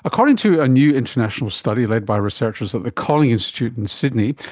according to a new international study led by researchers at the kolling institute in sydney,